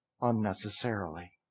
unnecessarily